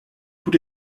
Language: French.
tous